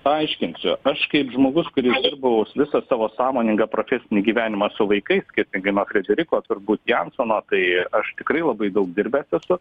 paaiškinsiu aš kaip žmogus kuris dirbau visą savo sąmoningą profesinį gyvenimą su vaikais skirtingai nuo frederiko turbūt jansono tai aš tikrai labai daug dirbęs esu